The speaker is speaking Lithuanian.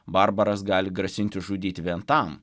barbaras gali grasinti žudyti vien tam